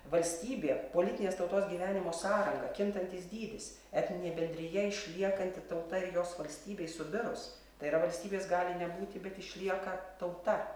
valstybė politinės tautos gyvenimo sąranga kintantis dydis etninė bendrija išliekanti tauta ir jos valstybei subirus tai yra valstybės gali nebūti bet išlieka tauta